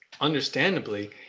understandably